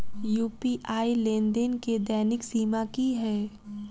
UPI लेनदेन केँ दैनिक सीमा की है?